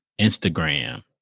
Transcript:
Instagram